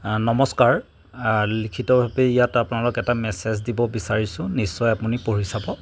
নমস্কাৰ লিখিতভাৱে ইয়াত আপোনালোক এটা মেছেজ দিব বিচাৰিছোঁ নিশ্চয় আপুনি পঢ়ি চাব